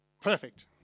Perfect